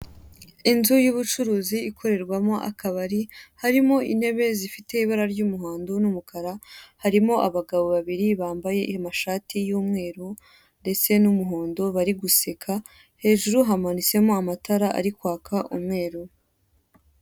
Inzu y'ubucuruzi ikorerwamo akabari, harimo intebe zifite ibara ry'umuhondo n'umukara, harimo abagabo babiri bambaye amashati y'umweru ndetse n'umuhondo bari guseka, hejuru hamanitsemo amatara ari kwaka umweru.